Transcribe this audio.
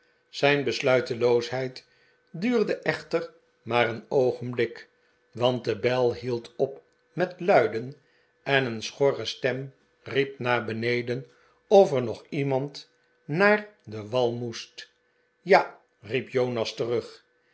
zijn besluiteloosheid duurde echter maar een odgenblik want de bel hield op met luiden en een schorre stem riep naar beneden of er hog iemand naar den wal moest ja riep jonas terug